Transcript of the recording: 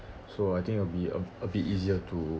so I think will be a a bit easier to